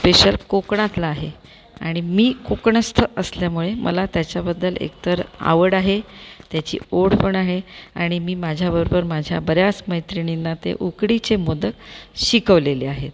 special कोकणातला आहे आणि मी कोकणस्थ असल्यामुळे मला त्याच्याबद्दल एकतर आवड आहे त्याची ओढ पण आहे आणि मी माझ्याबरोबर माझ्या बऱ्याच मैत्रिणींना ते उकडीचे मोदक शिकवलेले आहेत